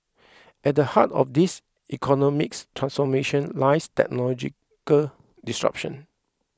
at the heart of this economics transformation lies technological disruption